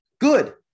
good